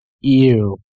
Ew